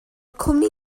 cwmni